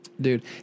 Dude